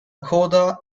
coda